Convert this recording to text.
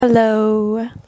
hello